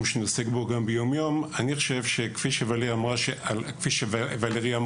שאני עוסק בו גם ביום-יום כפי שאמרה ולרי,